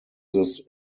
this